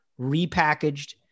repackaged